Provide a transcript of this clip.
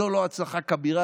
זאת לא הצלחה כבירה,